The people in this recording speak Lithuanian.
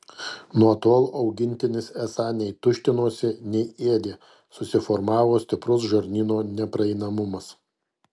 nuo tol augintinis esą nei tuštinosi nei ėdė susiformavo stiprus žarnyno nepraeinamumas